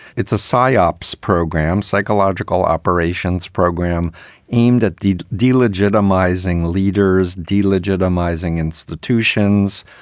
it's a psyops program, psychological operations program aimed at the de-legitimizing leaders, de-legitimizing institutions,